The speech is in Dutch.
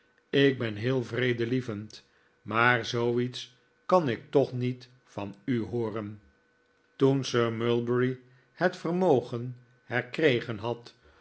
ik ben heel vredelievend maar zooiets kan ik toch niet van u hooren toen sir mulberry het vermogen herkregen had